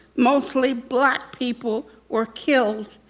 mostly black people, were killed.